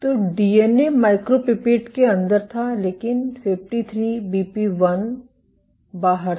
तो DNA micropipette के अंदर था लेकिन 53बीपी1 बाहर था